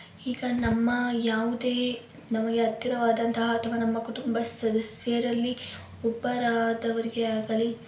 ಈಗ ನಮ್ಮ ಯಾವುದೇ ನಮಗೆ ಹತ್ತಿರವಾದಂತಹ ಅಥವಾ ನಮ್ಮ ಕುಟುಂಬ ಸದಸ್ಯರಲ್ಲಿ ಒಬ್ಬರಾದವರಿಗೆ ಆಗಲಿ